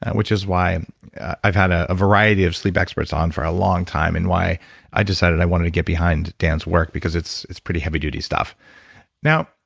which is why i've had a a variety of sleep experts on for a long time and why i decided i wanted to get behind dan's work, because it's it's pretty heavy duty stuff now,